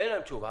אין להם תשובה.